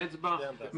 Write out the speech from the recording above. בעד?